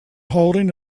holding